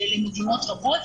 למדינות רבות.